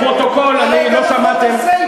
הפרוטוקול, אם לא שמעתם.